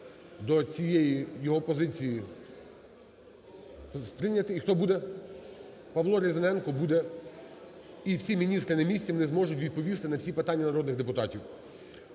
до цієї його позиції… сприйняти. І хто буде? Павло Різаненко буде, і всі міністри на місці, вони зможуть відповісти на всі питання народних депутатів.